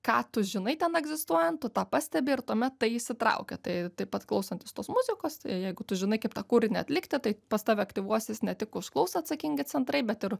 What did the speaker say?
ką tu žinai ten egzistuojant tu tą pastebi ir tuomet tai įsitraukia tai taip pat klausantis tos muzikos jeigu tu žinai kaip tą kūrinį atlikti tai pas tave aktyvuosis ne tik už klausą atsakingi centrai bet ir